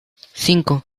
cinco